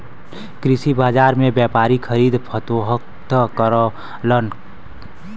कृषि बाजार में व्यापारी खरीद फरोख्त करलन